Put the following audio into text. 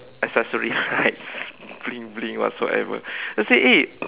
accessories right blink blink whatsoever then I say eh